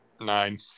Nine